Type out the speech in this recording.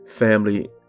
Family